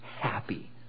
happy